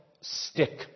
stick